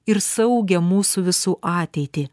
ir saugią mūsų visų ateitį